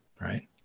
right